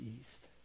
east